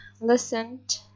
listened